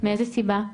מאיזו סיבה?